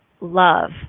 love